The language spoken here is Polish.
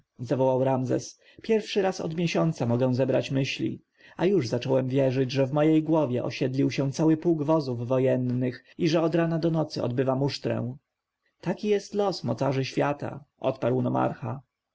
ramzes pierwszy raz od miesiąca mogę zebrać myśli a już zacząłem wierzyć że w mojej głowie osiedlił się cały pułk wozów wojennych i od rana do nocy odbywa musztrę taki jest los mocarzy świata odparł nomarcha stanęli na